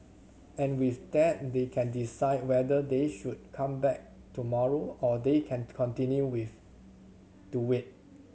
and with that they can decide whether they should come back tomorrow or they can continue with to wait